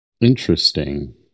Interesting